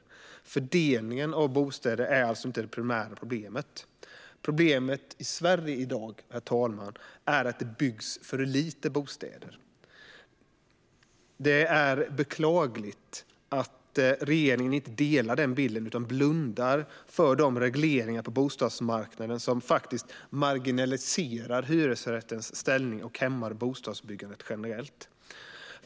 Men fördelningen av bostäder är alltså inte det primära problemet. Problemet i Sverige i dag, herr talman, är att det byggs för lite bostäder. Det är beklagligt att regeringen inte delar den bilden utan blundar för de regleringar på bostadsmarknaden som faktiskt marginaliserar hyresrättens ställning och hämmar bostadsbyggandet generellt.